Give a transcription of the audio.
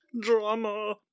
Drama